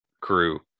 crew